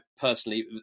personally